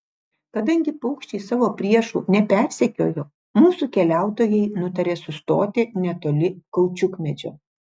kadangi paukščiai savo priešų nepersekiojo mūsų keliautojai nutarė sustoti netoli kaučiukmedžio